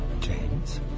James